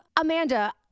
Amanda